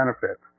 benefits